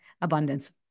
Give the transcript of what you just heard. abundance